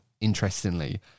interestingly